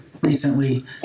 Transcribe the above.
recently